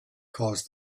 caused